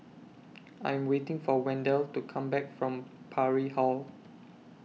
I'm waiting For Wendell to Come Back from Parry Hall